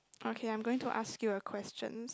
okay I'm going to ask you a question